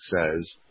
says